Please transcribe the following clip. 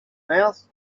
mouth